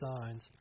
signs